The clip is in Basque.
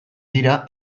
dira